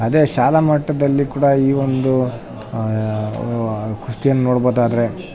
ಅದೇ ಶಾಲಾಮಟ್ಟದಲ್ಲಿ ಕೂಡ ಈ ಒಂದು ಕುಸ್ತಿಯನ್ನು ನೋಡ್ಬೊದಾದರೆ